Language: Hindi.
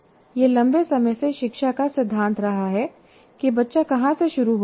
यह लंबे समय से शिक्षा का सिद्धांत रहा है कि बच्चा कहां से शुरू होता है